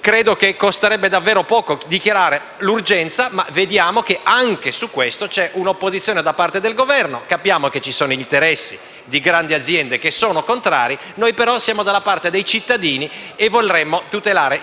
Credo che costerebbe davvero poco dichiarare l'urgenza, ma vediamo che, anche su questo, c'è un'opposizione da parte del Governo. Capiamo che ci sono interessi di grandi aziende che sono contrarie, ma noi siamo dalla parte dei cittadini e vorremmo tutelarli.